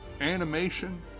animation